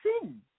sin